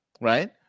right